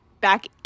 Back